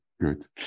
good